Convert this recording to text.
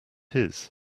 his